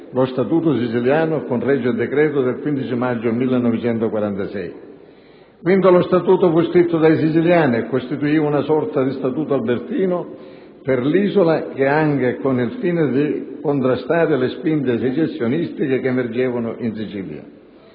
lo Statuto siciliano, con regio decreto del 15 maggio 1946. Lo Statuto, quindi, fu scritto dai siciliani e costituì una sorta di Statuto albertino per l'isola, anche con il fine di contrastare le spinte secessionistiche che emergevano in Sicilia.